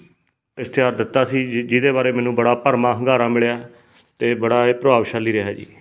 ਇਸ਼ਤਿਹਾਰ ਦਿੱਤਾ ਸੀ ਜਿਹਦੇ ਬਾਰੇ ਮੈਨੂੰ ਬੜਾ ਭਰਮਾ ਹੁੰਗਾਰਾ ਮਿਲਿਆ ਅਤੇ ਬੜਾ ਇਹ ਪ੍ਰਭਾਵਸ਼ਾਲੀ ਰਿਹਾ ਜੀ